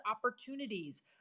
opportunities